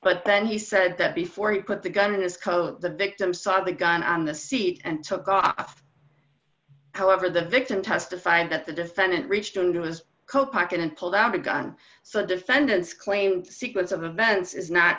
but then he said that before he put the gun in his coat the victim saw the gun on the seat and took off however the victim testified that the defendant reached into his coat pocket and pulled out a gun so the defendant's claim sequence of events is not